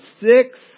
six